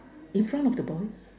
in front of the boy